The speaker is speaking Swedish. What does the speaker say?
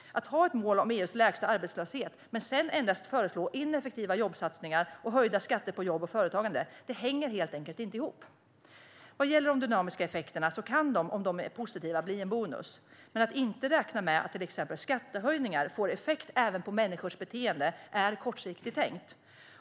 Att ha ett mål om EU:s lägsta arbetslöshet men sedan endast föreslå ineffektiva jobbsatsningar och höjda skatter på jobb och företagande hänger helt enkelt inte ihop. De dynamiska effekterna kan bli en bonus om de är positiva. Men att inte räkna med att till exempel skattehöjningar får effekt även på människors beteende är kortsiktigt tänkt.